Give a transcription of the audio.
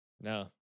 No